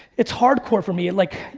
it's hardcore for me. like,